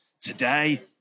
Today